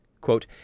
Quote